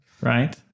right